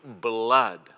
blood